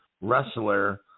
wrestler